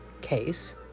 case